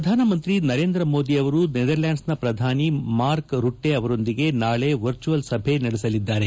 ಪ್ರಧಾನಮಂತ್ರಿ ನರೇಂದ್ರಮೋದಿ ಅವರು ನೆದರ್ಲ್ಕಾಂಡ್ನ ಪ್ರಧಾನಮಂತ್ರಿ ಮಾರ್ಕ್ ರುಟ್ಟಿ ಅವರೊಂದಿಗೆ ನಾಳೆ ವರ್ಜುವಲ್ ಸಭೆ ನಡೆಸಲಿದ್ದಾರೆ